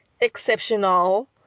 exceptional